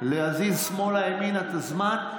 להזיז שמאלה-ימינה את הזמן.